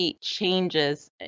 changes